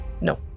No